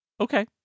Okay